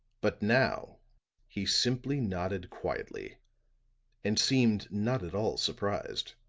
but now he simply nodded quietly and seemed not at all surprised.